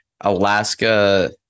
Alaska